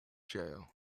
jail